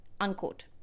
unquote